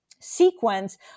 sequence